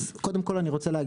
קודם כל,